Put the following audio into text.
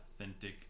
authentic